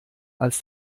als